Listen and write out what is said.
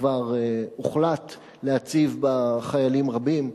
שכבר הוחלט להציב בה חיילים רבים,